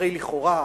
הרי לכאורה,